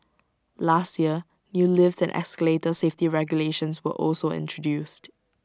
last year new lift and escalator safety regulations were also introduced